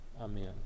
Amen